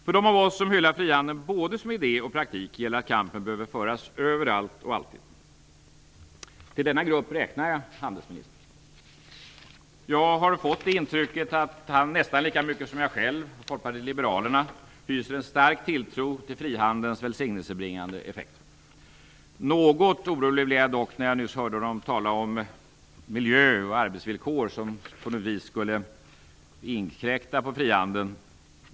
För dem av oss som hyllar frihandeln både som idé och praktik gäller att kampen behöver föras överallt och alltid. Till denna grupp räknar jag handelsministern. Jag har fått intrycket att han, nästan lika mycket som jag själv och Folkpartiet liberalerna, hyser en stark tilltro till frihandelns välsignelsebringande effekter. Något orolig blev jag dock när jag nyss hörde debattörer tala om att miljö och arbetsvillkor på något vis skulle inkräkta på frihandeln.